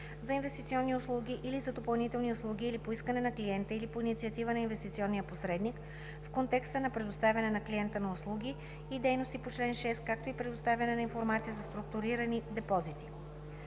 за инвестиционни услуги или за допълнителни услуги, или по искане на клиента, или по инициатива на инвестиционния посредник, в контекста на предоставяне на клиента на услуги и дейности по чл. 6, както и предоставяне на информация за структурирани депозити.